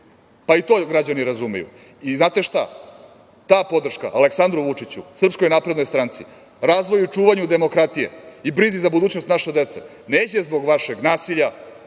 pa i to građani razumeju i, znate šta, ta podrška Aleksandru Vučiću, SNS, razvoju i čuvanju demokratije i brizi za budućnost naše dece neće zbog vašeg nasilja,